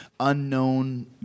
Unknown